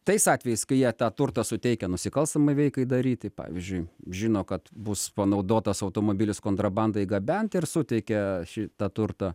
tais atvejais kai jie tą turtą suteikia nusikalstamai veikai daryti pavyzdžiui žino kad bus panaudotas automobilis kontrabandai gabenti ir suteikia šitą turtą